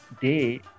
day